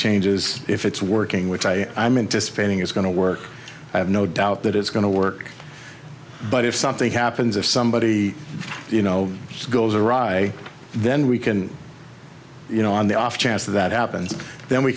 changes if it's working which i i meant to spending is going to work i have no doubt that it's going to work but if something happens if somebody you know goes awry then we can you know on the off chance that happens then we